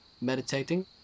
meditating